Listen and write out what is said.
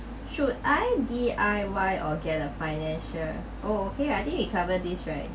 should I D_I_Y or get a financial oh okay I think we covered this right